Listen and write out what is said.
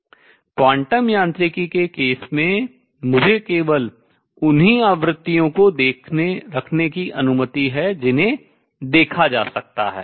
क्योंकि क्वांटम यांत्रिकी के केस में मुझे केवल उन्हीं आवृत्तियों को रखने की अनुमति है जिन्हें देखा जा सकता है